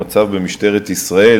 המצב במשטרת ישראל,